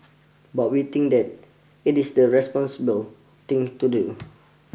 but we think that it is the responsible thing to do